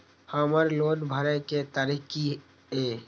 हमर लोन भरय के तारीख की ये?